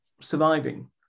surviving